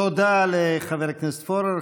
תודה לחבר הכנסת פורר.